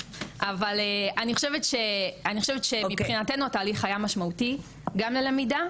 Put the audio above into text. אבל אני חושבת שמבחינתנו תהליך היה משמעותי גם ללמידה,